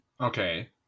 Okay